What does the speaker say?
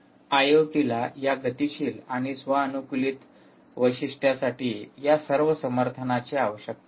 आयओटीला या गतीशील आणि स्व अनुकूलित वैशिष्ट्यासाठी या सर्व समर्थनाची आवश्यकता आहे